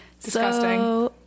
Disgusting